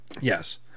yes